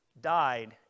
died